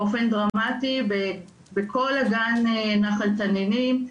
באופן דרמטי בכל אגן נחל תנינים,